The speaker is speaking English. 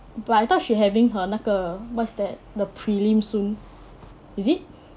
but I thought she having her 那个 what's that the prelim soon is it